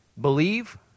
Believe